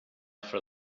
for